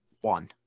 one